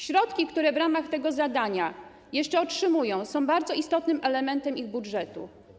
Środki, które w ramach tego zadania jeszcze otrzymują, są bardzo istotnym elementem ich budżetu.